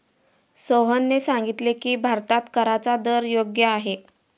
सोहनने सांगितले की, भारतात कराचा दर योग्य आहे